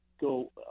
go